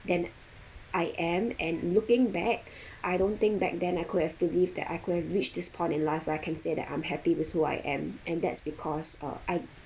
than I am and looking back I don't think back then I could have believe that I could have reached this point in life where I can say that I'm happy with who I am and that's because uh I